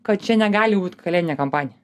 kad čia negali būt kalėdinė kampanija